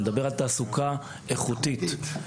תעסוקה איכותית,